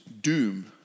doom